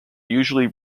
usually